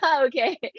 Okay